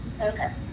Okay